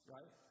Right